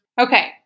Okay